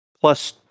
plus